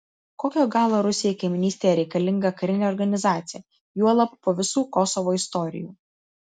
kokio galo rusijai kaimynystėje reikalinga karinė organizacija juolab po visų kosovo istorijų